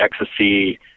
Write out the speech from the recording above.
ecstasy